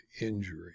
injury